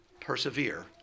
persevere